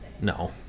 No